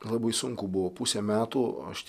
labai sunku buvo pusę metų aš